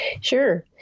Sure